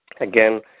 Again